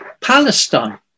Palestine